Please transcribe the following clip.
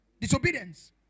Disobedience